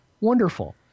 wonderful